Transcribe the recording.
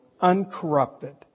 uncorrupted